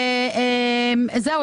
וזהו.